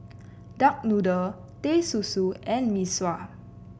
Duck Noodle Teh Susu and Mee Sua